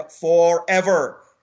forever